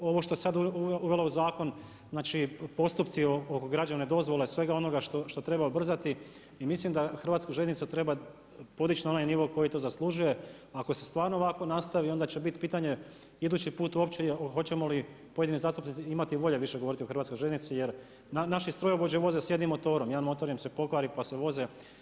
Ovo što se sada uvelo u zakon postupci oko građevne dozvole svega onoga što treba ubrzati i mislim da hrvatsku željeznicu treba podići na onaj nivo koji to zaslužuje i ako se stvarno ovako nastavi onda će biti pitanje idući put uopće hoćemo li pojedini zastupnici imati volje više govoriti o hrvatskoj željeznici jer naši strojovođe voze s jednim motorom, jedan motor im se pokvari pa se voze.